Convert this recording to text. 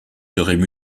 seraient